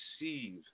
receive